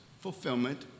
fulfillment